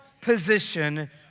position